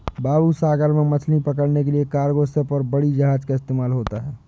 बाबू सागर में मछली पकड़ने के लिए कार्गो शिप और बड़ी जहाज़ का इस्तेमाल होता है